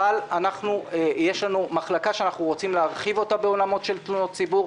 אבל יש לנו מחלקה שאנחנו רוצים להרחיב אותה בעולמות של תלונות הציבור,